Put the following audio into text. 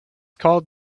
called